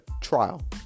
trial